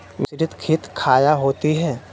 मिसरीत खित काया होती है?